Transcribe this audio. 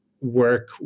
work